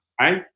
Right